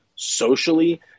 Socially